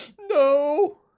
No